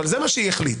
אבל זה מה שהיא החליטה: